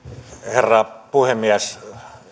herra puhemies